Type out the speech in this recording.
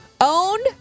owned